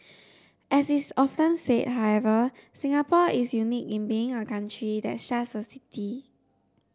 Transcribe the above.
as is often said however Singapore is unique in being a country that's just a city